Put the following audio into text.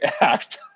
act